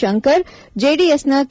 ಶಂಕರ್ ಜೆಡಿಎಸ್ನ ಕೆ